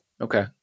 Okay